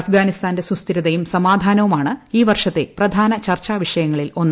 അഫ്ഗാനിസ്ഥാന്റെ സുസ്ഥിരതയും സമാധാനവുമാണ് ഈ വർഷത്തെ പ്രധാന ചർച്ചാ വിഷയങ്ങളിൽ ഒന്ന്